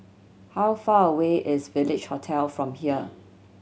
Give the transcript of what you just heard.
how far away is Village Hotel from here